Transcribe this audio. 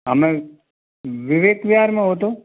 हमें विवेक विहार में हो तो